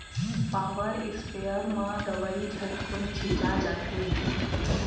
power sprayer म दवई झटकुन छिंचा जाथे